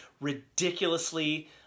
ridiculously